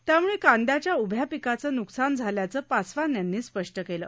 त्यामुळे कांद्याच्या उभ्या पिकाचं न्कसान झाल्याचं पासवान यांनी स्पष्ट केलं